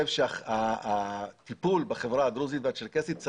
הטיפול בחברה הדרוזית והצ'רקסית,